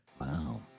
wow